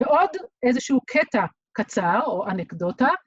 ‫ועוד איזשהו קטע קצר או אנקדוטה.